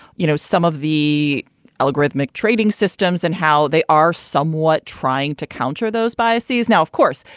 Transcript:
you know, some of the algorithmic trading systems and how they are somewhat trying to counter those biases. now, of course,